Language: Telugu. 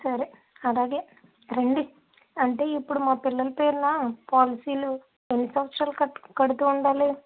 సరే అలాగే రండి అంటే ఇప్పుడు మా పిల్లల పేరున పోలసీలు ఎన్ని సంవత్సరాలు కట్టు కడుతూ ఉండాలి